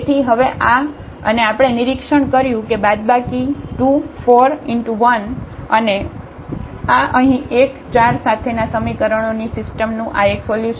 તેથી હવે આ છે અને આપણે નિરીક્ષણ કર્યું કે બાદબાકી 2 4 x 1 અને આ અહીં 1 4 સાથેના સમીકરણોની સિસ્ટમનું આ એક સોલ્યુશન છે